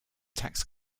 tax